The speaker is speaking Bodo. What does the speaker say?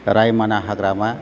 रायमना हाग्रामा